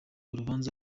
urubanza